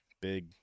Big